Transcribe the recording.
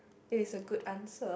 it is a good answer